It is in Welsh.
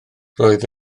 roedd